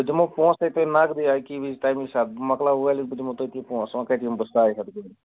بہٕ دِمو پۄنٛسٕے تۅہہِ نقدٕے اَکی وِز تَمہِ ساتہٕ بہٕ مۅکلاو وٲلِتھ بہٕ دِمہو تٔتی پۄنٛسہِ وۅنۍ کَتہِ یِمہٕ بہٕ سَے ہٮ۪تھ بیٚیہِ